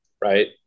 right